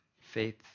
faith